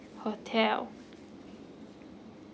hotel